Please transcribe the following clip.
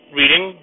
reading